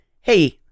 Hey